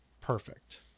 perfect